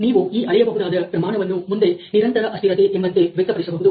ನೀವು ಈ ಅಳೆಯಬಹುದಾದ ಪ್ರಮಾಣವನ್ನು ಮುಂದೆ ನಿರಂತರ ಅಸ್ಥಿರತೆ ಎಂಬಂತೆ ವ್ಯಕ್ತಪಡಿಸಬಹುದು